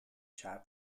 chi